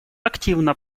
активно